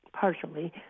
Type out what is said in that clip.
partially